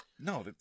No